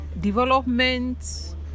development